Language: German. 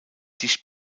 dicht